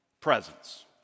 presence